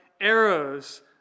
arrows